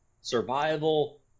survival